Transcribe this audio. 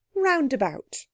Roundabout